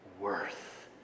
worth